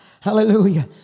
Hallelujah